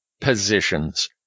positions